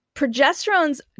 Progesterone's